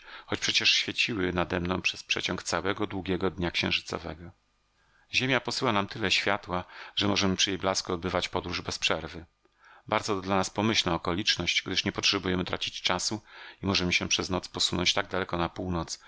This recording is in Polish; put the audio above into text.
choć przecież świeciły nademną przez przeciąg całego długiego dnia księżycowego ziemia posyła nam tyle światła że możemy przy jej blasku odbywać podróż bez przerwy bardzo to dla nas pomyślna okoliczność gdyż nie potrzebujemy tracić czasu i możemy się przez noc posunąć tak daleko na północ